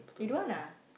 you don't want ah